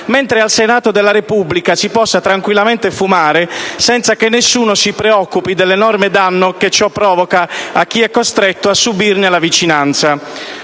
mentre al Senato della Repubblica si possa tranquillamente fumare, senza che nessuno si preoccupi dell’enorme danno che cio provoca a chi ecostretto a subirne la vicinanza.